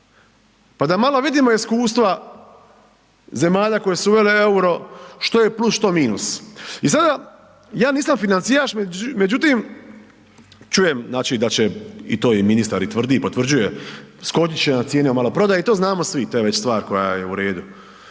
pa da malo vidimo iskustva zemalja koje su uvele euro što je plus, što minus. I sada, ja nisam financijaš međutim čujem da će to i ministar tvrdi i potvrđuje, skočit će nam cijene u maloprodaji i to znamo svi, to je već stvar koja je uredu.